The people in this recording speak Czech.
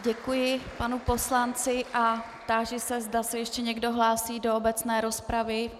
Děkuji panu poslanci a táži se, zda se ještě někdo hlásí do obecné rozpravy.